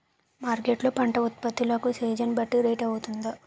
Market లొ పంట ఉత్పత్తి లకు సీజన్ బట్టి రేట్ వుంటుందా?